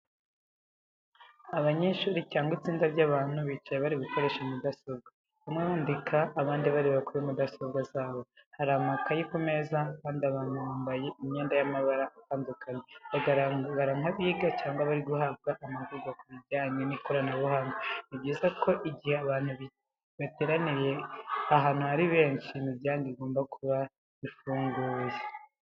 Abanyeshuri cyangwa itsinda ry'abantu bicaye bari gukoresha mudasobwa. Bamwe bandika, abandi bareba kuri mudasobwa zabo. Hari amakayi ku meza, kandi abantu bambaye imyenda y'amabara atandukanye. Bagaragara nk'abiga cyangwa bari guhabwa amahugurwa kubijyanye n'ikoranabuhanga. Ni byiza ko igihe abantu bateraniye ahantu ari benshi, imiryango igomba kuba ifunguye.